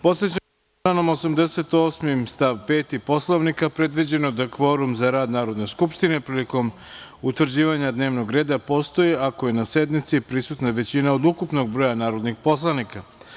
Podsećam vas da je članom 88. stav 5. Poslovnika predviđeno da kvorum za rad Narodne skupštine prilikom utvrđivanja dnevnog reda postoji ako je na sednici prisutna većina od ukupnog broja narodnih poslanika.